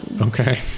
Okay